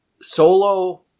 Solo